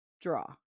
draw